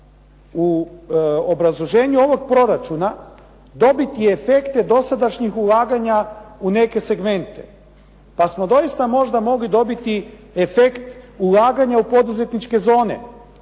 u obrazloženju ovog proračuna dobiti efekte dosadašnjih ulaganja u neke segmente, pa smo doista možda mogli dobiti efekt ulaganja u poduzetničke zone